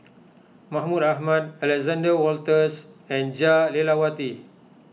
Mahmud Ahmad Alexander Wolters and Jah Lelawati